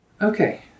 Okay